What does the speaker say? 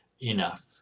enough